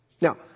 Now